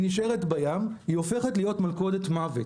והיא נשארת בים, היא הופכת להיות מלכודת מוות